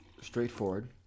straightforward